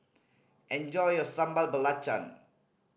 enjoy your Sambal Belacan